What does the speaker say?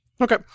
Okay